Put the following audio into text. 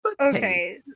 Okay